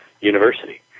University